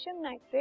nitrate